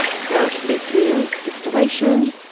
so it can be through distillation,